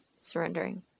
surrendering